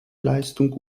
leistung